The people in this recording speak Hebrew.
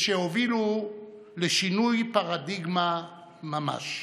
שהובילו לשינוי פרדיגמה ממש: